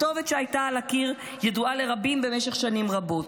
הכתובת שהייתה על הקיר ידועה לרבים במשך שנים רבות.